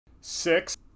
six